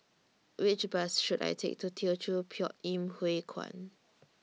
Which Bus should I Take to Teochew Poit Ip Huay Kuan